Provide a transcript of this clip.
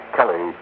Kelly